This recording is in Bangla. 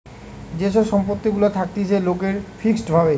যে সব সম্পত্তি গুলা থাকতিছে লোকের ফিক্সড ভাবে